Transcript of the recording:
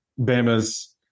Bama's